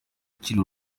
ukiri